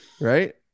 right